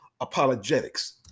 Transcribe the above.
Apologetics